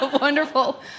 Wonderful